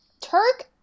Turk